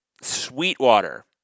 sweetwater